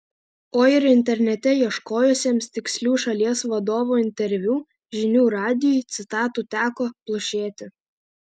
o ir internete ieškojusiems tikslių šalies vadovo interviu žinių radijui citatų teko plušėti